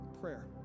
prayer